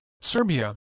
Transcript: Serbia